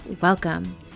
welcome